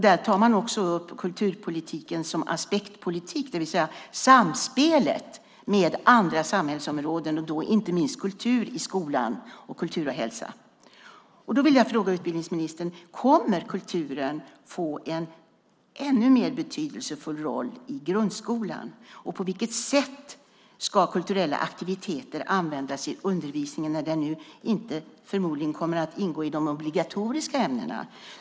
Där tar man också upp kulturpolitiken som aspektpolitik. Det handlar alltså om samspelet med andra samhällsområden och då inte minst om kultur i skolan och kultur och hälsa. Då vill jag fråga utbildningsministern: Kommer kulturen att få en ännu mer betydelsefull roll i grundskolan? Och på vilket sätt ska kulturella aktiviteter användas i undervisningen när de nu förmodligen inte kommer att ingå i de obligatoriska ämnena?